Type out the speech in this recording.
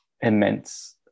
immense